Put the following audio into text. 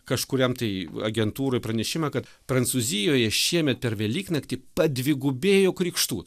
kažkuriam tai agentūroj pranešimą kad prancūzijoje šiemet per velyknaktį padvigubėjo krikštų